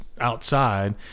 outside